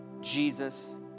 Jesus